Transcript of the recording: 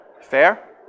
Fair